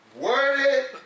worthy